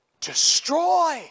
destroy